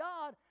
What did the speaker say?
God